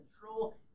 control